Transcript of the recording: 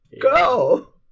Go